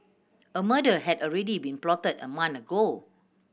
a murder had already been plotted a month ago